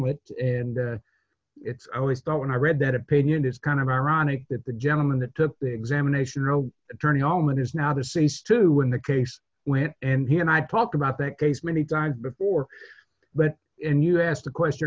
went and it's always thought when i read that opinion it's kind of ironic that the gentleman that took the examination attorney allman is now deceased to win the case went and he and i talked about that case many times before but and you asked the question